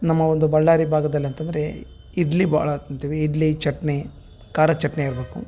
ನಮ್ಮ ಒಂದು ಬಳ್ಳಾರಿ ಭಾಗದಲ್ಲಂತಂದ್ರೆ ಇಡ್ಲಿ ಭಾಳ ತಿಂತೀವಿ ಇಡ್ಲಿ ಚಟ್ನಿ ಖಾರದ್ ಚಟ್ನಿ ಇರಬೇಕು